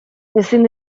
ezin